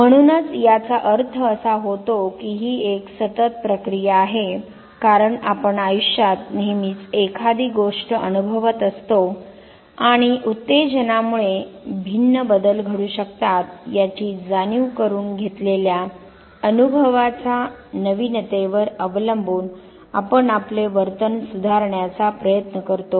म्हणूनच याचा अर्थ असा होतो की ही एक सतत प्रक्रिया आहे कारण आपण आयुष्यात नेहमीच एखादी गोष्ट अनुभवत असतो आणि उत्तेजनामुळे भिन्न बदल घडू शकतात याची जाणीव करून घेतलेल्या अनुभवाच्या नवीनतेवर अवलंबून आपण आपले वर्तन सुधारण्याचा प्रयत्न करतो